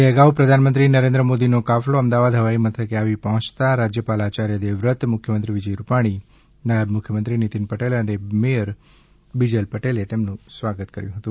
તે અગાઉ પ્રધાનમંત્રી નરેન્દ્ર મોદી નો કાફલો અમદાવાદ હવાઈ મથકે આવી પહોયતા રાજ્યપાલ આચાર્ય દેવવ્રત મુખ્યમંત્રી વિજય રૂપાણી નાયબ મુખ્યમંત્રી નિતિન પટેલ અને મેયર બીજલ પટેલે તેમનું સ્વાગત કર્યું હતું